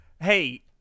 hey